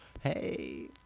Hey